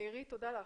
תודה לך.